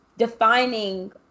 defining